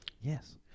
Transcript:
Yes